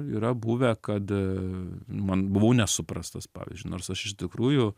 yra buvę kad man buvau nesuprastas pavyzdžiui nors aš iš tikrųjų